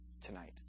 tonight